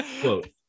quote